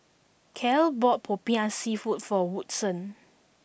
Cale bought Popiah seafood for Woodson